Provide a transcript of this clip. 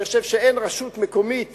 אני חושב שאין רשות מקומית